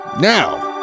now